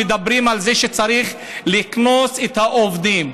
מדברת על זה שצריך לקנוס את העובדים.